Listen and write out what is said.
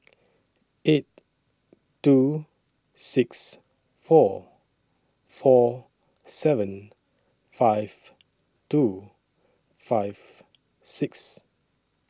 eight two six four four seven five two five six